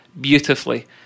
beautifully